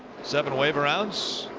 seven wave arounds,